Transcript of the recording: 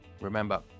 remember